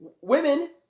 women